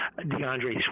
DeAndre